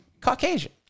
Caucasian